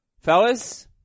Fellas